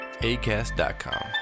acast.com